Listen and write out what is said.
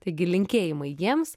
taigi linkėjimai jiems